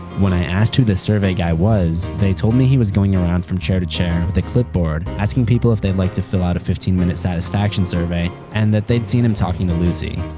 when i asked who the survey guy was, they told me he was going around from chair to chair with a clipboard asking people if they'd like to fill out a fifteen minute satisfaction survey and that they'd seen him talking to lucy.